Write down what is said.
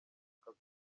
kazi